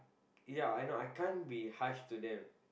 ya I know I can't be harsh to them